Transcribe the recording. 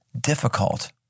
difficult